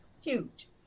huge